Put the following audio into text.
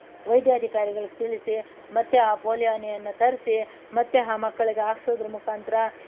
ವೈದ್ಯಾಧಿಕಾರಿಗಳಿಗೆ ತಿಳಿಸಿ ಮತ್ತೆ ಆ ಪೋಲಿಯೋ ಹನಿಯನ್ನು ತರಿಸಿ ಮತ್ತೆ ಹಾ ಮಕ್ಕಳಿಗೆ ಹಾಕ್ಸೋದ್ರ ಮುಖಾಂತರ